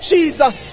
Jesus